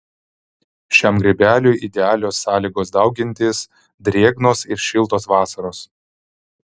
šiam grybeliui idealios sąlygos daugintis drėgnos ir šiltos vasaros